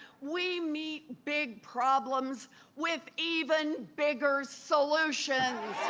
we meet big problems with even bigger solutions.